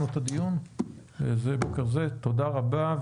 תודה רבה.